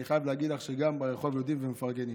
אני חייב להגיד לך שגם ברחוב יודעים ומפרגנים.